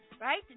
Right